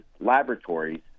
laboratories